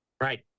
Right